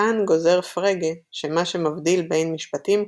מכאן גוזר פרגה שמה שמבדיל בין משפטים כאלו,